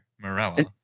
Morella